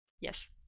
Yes